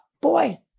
boy